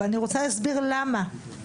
ואני רוצה להסביר למה.